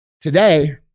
today